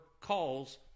calls